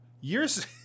Years